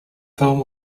film